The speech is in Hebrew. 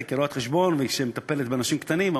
כרואת-חשבון שמטפלת באמת באנשים קטנים.